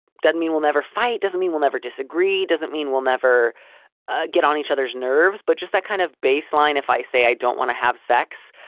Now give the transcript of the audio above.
doesn't mean we'll never fight. doesn't mean we'll never disagree. doesn't mean we'll never ah get on each other's nerves. but just that kind of baseline. if i say i don't want to have sex,